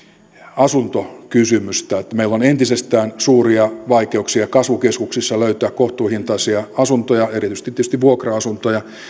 asuntokysymystä meillä on entisestään suuria vaikeuksia kasvukeskuksissa löytää kohtuuhintaisia asuntoja erityisesti tietysti vuokra asuntoja